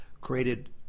created